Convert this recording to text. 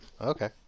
Okay